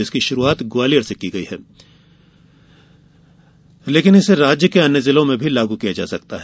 इसकी शुरूआत ग्वालियर से की गई है लेकिन इसे राज्य के अन्य जिलों में भी लागू किया जा सकता है